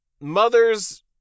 mother's